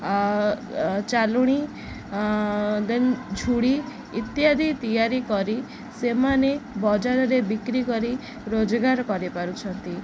ଆ ଚାଲୁଣି ଦେନ୍ ଝୁଡ଼ି ଇତ୍ୟାଦି ତିଆରି କରି ସେମାନେ ବଜାରରେ ବିକ୍ରି କରି ରୋଜଗାର କରିପାରୁଛନ୍ତି